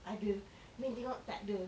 ada then tengok tak ada